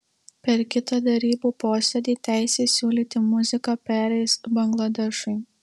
per kitą derybų posėdį teisė siūlyti muziką pereis bangladešui